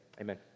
amen